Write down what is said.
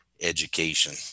education